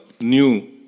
new